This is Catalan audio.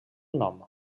nom